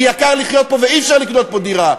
כי יקר לחיות פה ואי-אפשר לקנות פה דירה.